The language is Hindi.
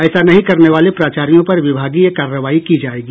ऐसा नहीं करने वाले प्राचार्यों पर विभागीय कार्रवाई की जाएगी